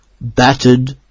battered